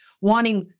wanting